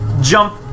Jump